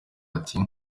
ati